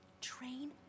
Train